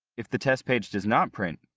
if the test page does not print,